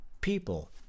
people